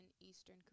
Eastern